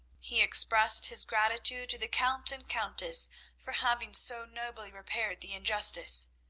he expressed his gratitude to the count and countess for having so nobly repaired the injustice,